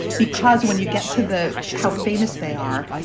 because when you get to the how famous they are,